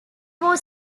war